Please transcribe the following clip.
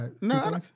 no